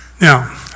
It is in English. Now